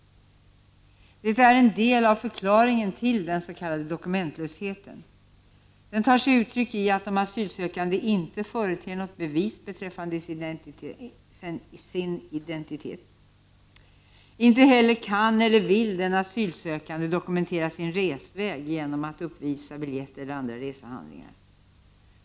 Detta är en del av förklaringen till den s.k. dokumentlösheten. Denna tar sig uttryck i att den asylsökande inte företer något bevis beträffande sin identitet. Inte heller kan eller vill den asylsökande dokumentera sin resväg genom att uppvisa biljett eller andra resehandlingar.